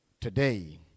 today